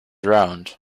round